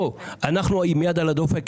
אנחנו עם יד על הדופק.